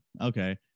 Okay